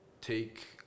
take